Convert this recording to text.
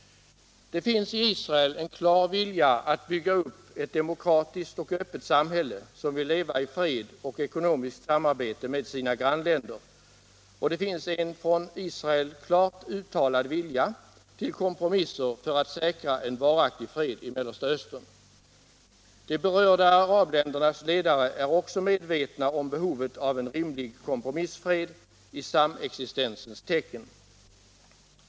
Det finns i Israel en klar vilja att bygga upp ett demokratiskt och öppet samhälle som vill leva i fred och ekonomiskt samarbete med sina grannländer. Och det finns en från Israel klart uttalad vilja till kompromisser för att säkra en varaktig fred i Mellersta Östern. De berörda arabländernas ledare är också medvetna om behovet av en rimlig kompromissfred i samexistensens tecken.